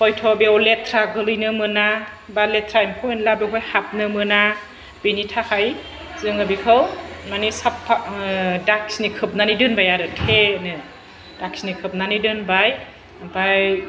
हयथ' बेयाव लेथ्रा गोलैनो मोना बा लेथ्रा एम्फौ एनला बेयाव हाबनो मोना बेनि थाखाय जोङो बेखौ मानि साबफा ओह दाखिनि खोबनानै दोनबाय आरो थे नो दाखिनि खोबनानै दोनबाय आमफाय